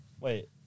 Wait